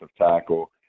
tackle